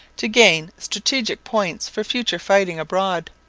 to gain strategic points for future fighting abroad.